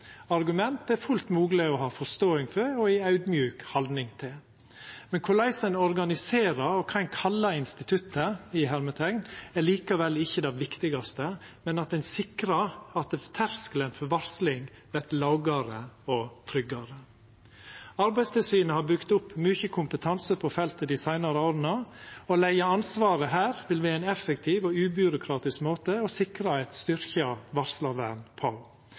Argumentet er fullt mogleg å ha forståing for og ha ei audmjuk haldning til, men korleis ein organiserer, og kva ein kallar «instituttet», er likevel ikkje det viktigaste, men at ein sikrar at terskelen for varsling vert lågare og tryggare. Arbeidstilsynet har brukt opp mykje kompetanse på feltet dei seinare åra. Å leggja ansvaret her vil vera ein effektiv og ubyråkratisk måte å sikra eit styrkt varslarvern på,